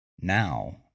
Now